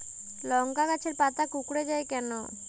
লংকা গাছের পাতা কুকড়ে যায় কেনো?